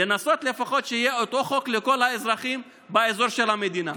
לנסות לפחות שיהיה אותו חוק לכל האזרחים באזור של המדינה.